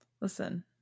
listen